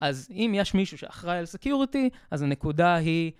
אז אם יש מישהו שאחראי על סיקיורטי, אז הנקודה היא...